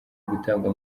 gutabwa